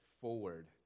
forward